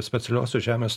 specialiosios žemės